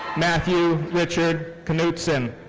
matthew richard knudson.